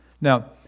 Now